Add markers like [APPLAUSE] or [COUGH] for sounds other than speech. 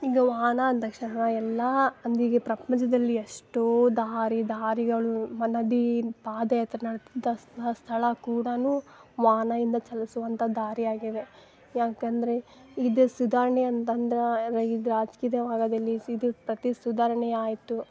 ಹೀಗ್ ವಾಹನ ಅಂದ ತಕ್ಷಣ ಎಲ್ಲ ಅಂದಿಗೆ ಪ್ರಪಂಚದಲ್ಲಿ ಎಷ್ಟೋ ದಾರಿ ದಾರಿಗಳು ಮನದೀ ಪಾದಯಾತ್ರೆಗಳು ದಸ್ ದಸ್ ಸ್ಥಳ ಕೂಡ ವಾಹನದಿಂದ ಚಲಿಸುವಂಥ ದಾರಿಯಾಗಿವೆ ಯಾಕಂದರೆ ಇದು ಸುಧಾರ್ಣೆ ಅಂತಂದ್ರೆ ಇದು [UNINTELLIGIBLE] ವಾರದಲ್ಲಿ ಇದು ಪ್ರತಿ ಸಧಾರಣೆ ಆಯಿತು